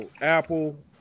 Apple